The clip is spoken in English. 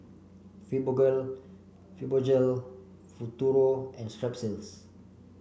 Fibogol Fibogel Futuro and Strepsils